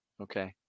Okay